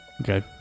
Okay